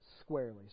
squarely